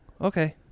Okay